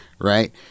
right